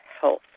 health